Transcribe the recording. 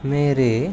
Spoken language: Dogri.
मेरे